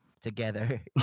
together